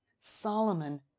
Solomon